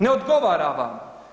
Ne odgovara vam.